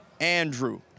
Andrew